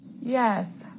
Yes